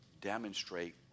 demonstrate